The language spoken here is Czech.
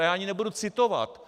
Já je ani nebudu citovat.